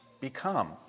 become